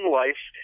life